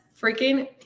freaking